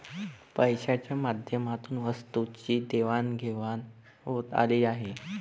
पैशाच्या माध्यमातून वस्तूंची देवाणघेवाण होत आली आहे